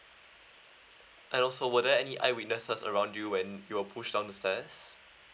and also were there any eye witnesses around you when you were pushed down the stairs